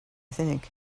think